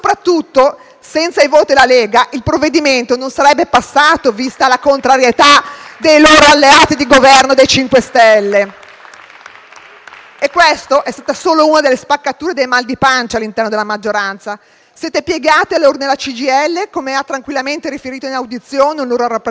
senza i voti della Lega, il loro emendamento non sarebbe passato vista la contrarietà dei loro alleati di Governo del MoVimento 5 Stelle. Questa è stata solo uno delle spaccature e dei mal di pancia all'interno della maggioranza. Siete piegati agli ordini della CGIL, come ha tranquillamente riferito in audizione un loro rappresentante,